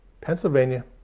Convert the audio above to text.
Pennsylvania